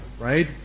right